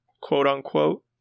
quote-unquote